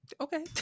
okay